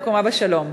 מקומה בשלום.